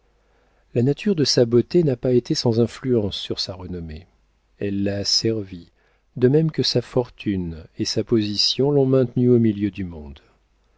la nature de sa beauté n'a pas été sans influence sur sa renommée elle l'a servie de même que sa fortune et sa position l'ont maintenue au milieu du monde